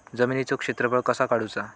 जमिनीचो क्षेत्रफळ कसा काढुचा?